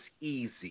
easy